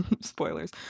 spoilers